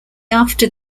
after